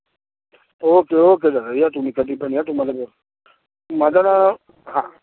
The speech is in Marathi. ओके ओके दादा या तुम्ही कधी पण या तुम्हाला भे माझं नाव हां